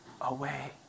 away